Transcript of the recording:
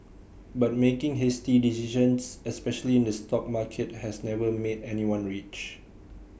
but making hasty decisions especially in the stock market has never made anyone rich